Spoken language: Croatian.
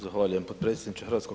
Zahvaljujem potpredsjedniče HS.